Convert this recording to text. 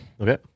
Okay